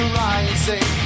rising